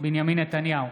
בנימין נתניהו,